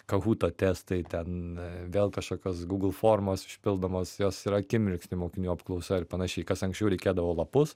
kahuto testai ten vėl kažkokios google formos užpildomos jos yra akimirksniu mokinių apklausoje ir panašiai kas anksčiau reikėdavo lapus